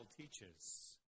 teaches